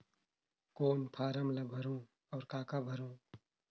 कौन फारम ला भरो और काका भरो?